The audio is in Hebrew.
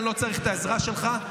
אני לא צריך את העזרה שלך.